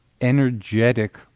energetic